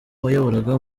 wayoboraga